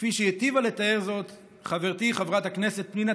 כפי שהיטיבה לתאר זאת חברתי חברת הכנסת פנינה